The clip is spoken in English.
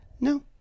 No